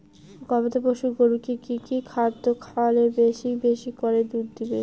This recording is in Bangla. গবাদি পশু গরুকে কী কী খাদ্য খাওয়ালে বেশী বেশী করে দুধ দিবে?